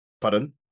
pardon